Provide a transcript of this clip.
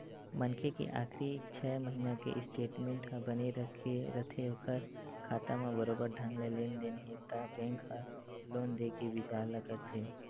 मनखे के आखरी छै महिना के स्टेटमेंट ह बने रथे ओखर खाता म बरोबर ढंग ले लेन देन हे त बेंक ह लोन देय के बिचार ल करथे